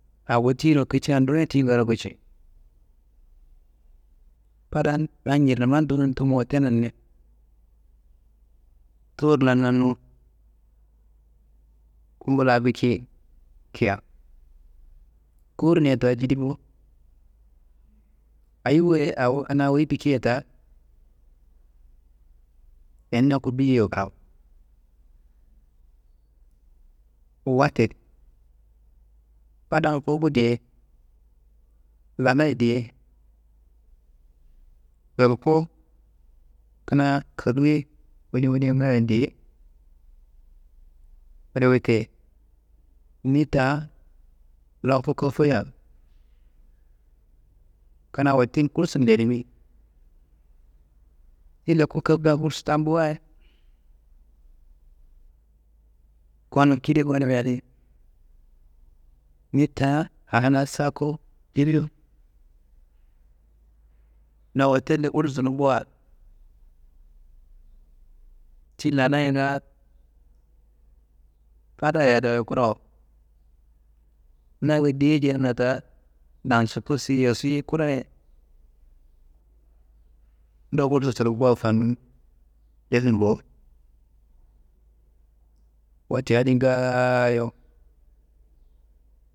Awo tiyiro kicia nduwuye tiyingaro kici, fadan yan njirnumma dumum tumu hottellun ni toworlan nannun, kumbu la biki kia kowurnia ta njidi bowo. Ayi wayi awo kina wuyi biki ta tendi ndoku biyeiwa kiraku. Wote fadan kumbu diye ladayi diye, yolko kina koluwu ye woli woli ngaaye di- ye adi wote ni ta loku kofuya kina hotel gursun lenimi ile ku ka gursu tambu wayi gonum kida gonimia adi ni ta a la saku jilu, na hottelu gursu tullumbuwa ti ladayinga fadayero ye kurawo, nangu deyi jeyina ta nansutu ti yosu ye kura ye nda gursu tullumbu fandun lenum bowo wote adi ngaayo.